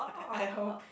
I hope